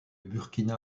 burkina